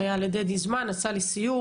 היה לדדי זמן הוא עשה לי סיור,